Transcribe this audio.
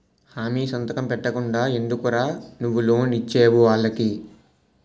హామీ సంతకం పెట్టకుండా ఎందుకురా నువ్వు లోన్ ఇచ్చేవు వాళ్ళకి